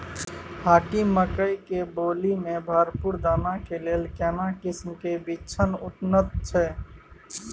हाकीम मकई के बाली में भरपूर दाना के लेल केना किस्म के बिछन उन्नत छैय?